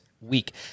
week